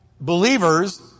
believers